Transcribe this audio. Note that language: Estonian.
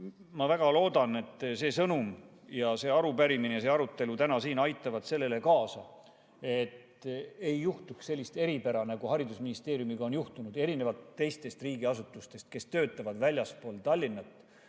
Ma väga loodan, et see sõnum ja see arupärimine ja see arutelu täna siin aitavad sellele kaasa, et ei juhtuks sellist eripära, nagu haridusministeeriumiga on juhtunud erinevalt teistest riigiasutustest, kes töötavad väljaspool Tallinna